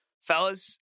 fellas